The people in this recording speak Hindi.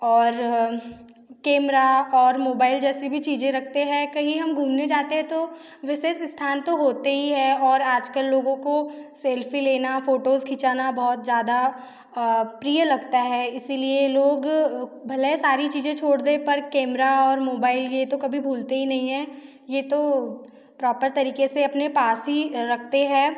और केमरा और मोबाइल जैसे भी चीज़ें रखते हैं कही हम घुमने जाते हैं तो विशेष स्थान तो होते ही हैं और आज कल लोगों को सेल्फी लेना फ़ोटोज़ खिंचाना बहुत ज़्यादा प्रिय लगता है इसी लिए लोग भले सारी चीज़ें छोड़ दे पर केमरा और मोबाइल ये तो कभी भूलते ही नहीं हैं ये तो प्रोपर तरीक़े से अपने पास ही रखते हैं